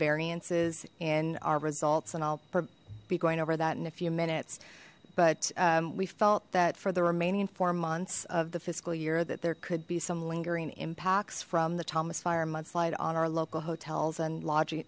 variances in our results and i'll be going over that in a few minutes but we felt that for the remaining four months of the fiscal year that there could be some lingering impacts from the thomas fire mudslide on our local hotels and lodgi